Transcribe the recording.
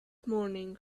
morning